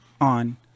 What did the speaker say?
on